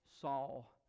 Saul